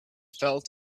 felt